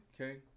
Okay